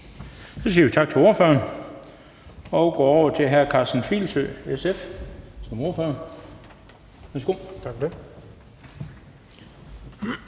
Så siger vi tak til ordføreren og går over til hr. Karsten Filsø som ordfører